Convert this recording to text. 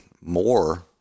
more